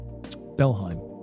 Belheim